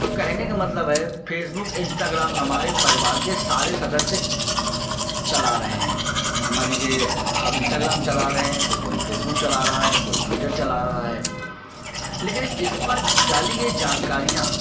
तो कहने का मतलब है फेसबुक इंस्टाग्राम हमारे परिवार के सारे सदस्य चला रहे हैं मान लीजिए हम इंस्टाग्राम चला रहे हैं तो कोई फ़ेसबुक चला रहा है कोई ट्विटर चला रहा है लेकिन इस पर डाली गई जानकारियाँ